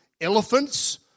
elephants